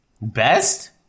Best